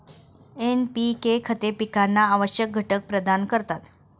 NPK खते पिकांना आवश्यक घटक प्रदान करतात